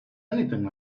anything